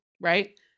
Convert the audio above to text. right